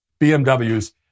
BMW's